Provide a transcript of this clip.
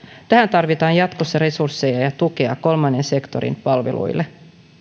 tähän tarvitaan jatkossa resursseja ja tukea kolmannen sektorin palveluille